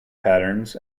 patterns